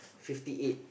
fifty eight